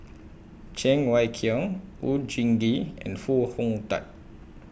Cheng Wai Keung Oon Jin Gee and Foo Hong Tatt